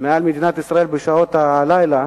מעל מדינת ישראל, בשעות הלילה,